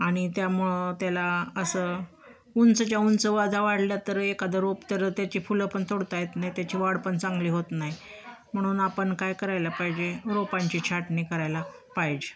आणि त्यामुळं त्याला असं उंचच्या उंच वाजा वाढल्या तर एखादं रोप तर त्याची फुलं पण तोडता येत नाही त्याची वाढ पण चांगली होत नाही म्हणून आपण काय करायला पाहिजे रोपांची छाटणी करायला पाहिजे